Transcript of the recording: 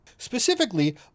Specifically